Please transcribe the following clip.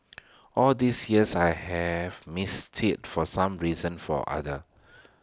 all these years I have missed IT for some reason for other